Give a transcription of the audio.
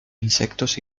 insectos